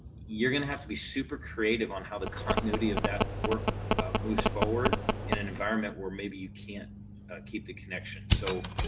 you're going to have to be super creative on how the continuity of that work moves forward in an environment where maybe you can't keep the connection so.